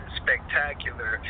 spectacular